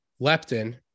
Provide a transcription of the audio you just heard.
leptin